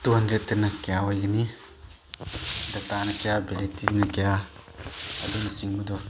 two ꯍꯟꯗ꯭ꯔꯦꯠꯇꯅ ꯀꯌꯥ ꯑꯣꯏꯒꯅꯤ ꯗꯇꯥꯅ ꯀꯌꯥ ꯚꯦꯂꯤꯗꯤꯇꯤꯅ ꯀꯌꯥ ꯑꯗꯨꯅꯆꯤꯡꯕꯗꯣ